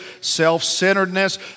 self-centeredness